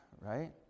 right